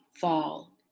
fall